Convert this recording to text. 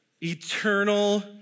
eternal